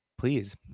Please